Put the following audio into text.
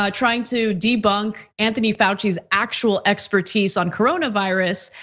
um trying to debunk anthony fauci's actual expertise on coronavirus,